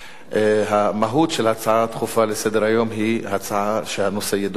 המהות של הצעה דחופה לסדר-היום היא הצעה שהנושא יידון במליאה,